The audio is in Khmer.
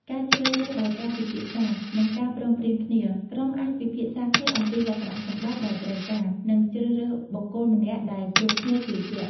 ការជ្រើសរើសដោយការពិភាក្សា និងការព្រមព្រៀងគ្នា ក្រុមអាចពិភាក្សាគ្នាអំពីលក្ខណៈសម្បត្តិដែលត្រូវការ និងជ្រើសរើសបុគ្គលម្នាក់ដែលគ្រប់គ្នាជឿជាក់។